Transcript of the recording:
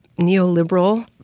neoliberal